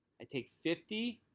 i take fifty,